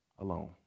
alone